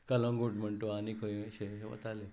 कळंगूट म्हूण तूं आनी खंय अशे वताले